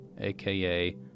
aka